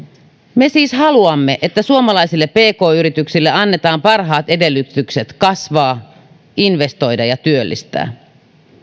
me siis haluamme että suomalaisille pk yrityksille annetaan parhaat edellytykset kasvaa investoida ja työllistää